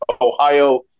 Ohio